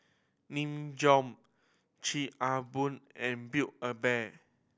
Nin Jiom Chic a Boo and Build A Bear